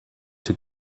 too